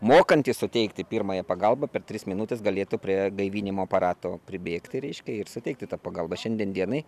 mokantys suteikti pirmąją pagalbą per tris minutes galėtų prie gaivinimo aparato pribėgti reiškia ir suteikti tą pagalbą šiandien dienai